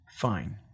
fine